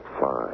fine